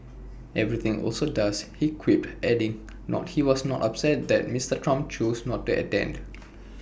everything also does he quipped adding he was not upset that Mister Trump chose not to attend